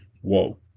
Whoa